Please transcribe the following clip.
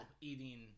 eating